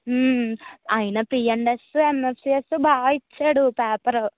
అయినా P and S MSCS బాగా ఇచ్చాడు పేపర్